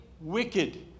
wicked